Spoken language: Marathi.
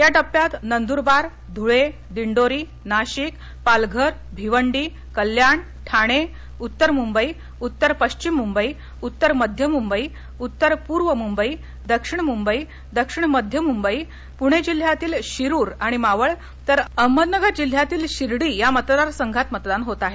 या टप्प्यात नंदुरबार धुळे दिंडोरी नाशिक पालघर भिवंडी कल्याण ठाणे मुंबई उत्तर मुंबई उत्तर पश्विम मुंबई उत्तर मध्य मुंबई उत्तर पूर्व मुंबई दक्षिण मुंबई दक्षिण मध्य पुणे जिल्ह्यातील शिरूर आणि मावळ तर अहमदनगर जिल्ह्यातील शिर्डी या मतदार संघात मतदान होत आहे